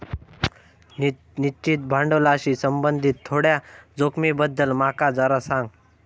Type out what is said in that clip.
निश्चित भांडवलाशी संबंधित थोड्या जोखमींबद्दल माका जरा सांग